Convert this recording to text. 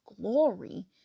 glory